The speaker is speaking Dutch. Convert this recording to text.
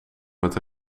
met